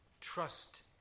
Trust